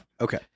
Okay